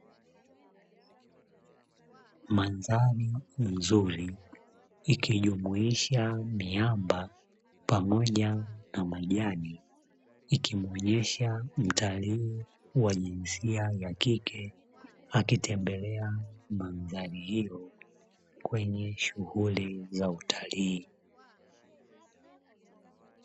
Mandhari nzuri ikijumuisha miamba pamoja na majani ikimuonyesha mtalii wa jinsia ya kike, akitembelea mandhari hiyo kwenye shughuli za utalii.